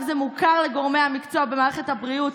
באמת?